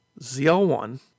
ZL1